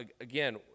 again